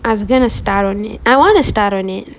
I was going to start on it I want to start on it